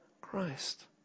Christ